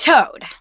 Toad